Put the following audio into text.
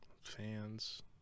Fans